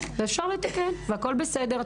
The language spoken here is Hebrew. ואפשר לתקן והכול בסדר.